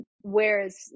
Whereas